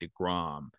DeGrom